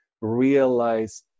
realize